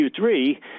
Q3